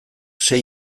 sei